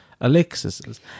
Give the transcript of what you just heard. Alexis's